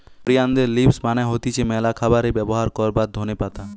কোরিয়ানদের লিভস মানে হতিছে ম্যালা খাবারে ব্যবহার করবার ধোনে পাতা